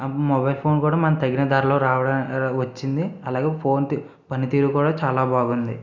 ఆ mobile phone కూడా మనం తగిన దారిలో రావడం వచ్చింది అలాగే ఫోన్ తీరు పనితీరు కూడా చాలా బాగుంది